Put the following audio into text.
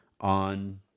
on